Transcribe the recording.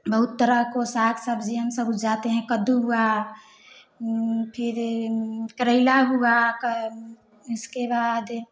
बहुत तरह को साग सब्ज़ी हम सब उपजाते हैं कद्दू हुआ फिर करेला हुआ क इसके बाद